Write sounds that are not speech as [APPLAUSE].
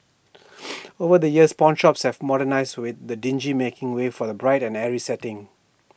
[NOISE] over the years pawnshops have modernised with the dingy making way for A bright and airy setting